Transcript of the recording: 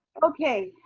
okay,